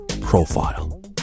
profile